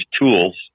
tools